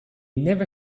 never